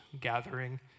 Gathering